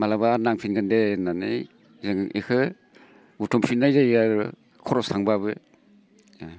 माब्लाबा नांफिनगोन दे होननानै जों इखो बुथुमफिननाय जायो आरो खरस थांब्लाबो